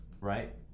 right